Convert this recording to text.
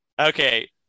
Okay